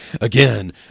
again